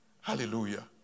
Hallelujah